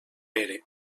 pere